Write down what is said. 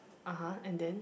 (uh huh) and then